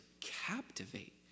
captivate